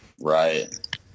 right